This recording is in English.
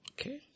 Okay